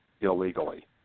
illegally